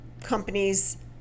companies